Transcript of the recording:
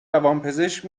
روانپزشک